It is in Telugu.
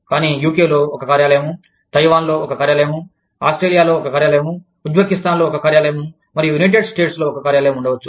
కానీ యుకెలో ఒక కార్యాలయం తైవాన్లో ఒక కార్యాలయం ఆస్ట్రేలియాAustraliaలో ఒక కార్యాలయం ఉజ్బెకిస్తాన్లో ఒక కార్యాలయం మరియు యునైటెడ్ స్టేట్స్లో ఒక కార్యాలయం ఉండవచ్చు